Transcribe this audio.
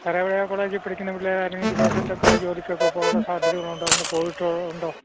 സാറെ അവിടെ കോളേജി പഠിക്കുന്ന പിള്ളേർ ആരെങ്കിലും വിദേശത്തൊക്കെ ജോലിക്കൊക്കെ പോകാനുള്ള സാധ്യത ഉള്ളത് കൊണ്ട് അങ്ങനെ പോയിട്ട് ഉണ്ടോ